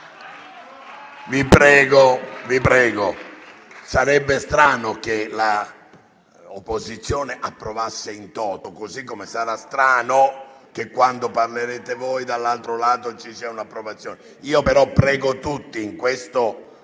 colleghi. Sarebbe strano che l'opposizione approvasse *in toto*, così come sarà strano che, quando parlerete voi, dall'altro lato ci sia un'approvazione. Prego però tutti, in questo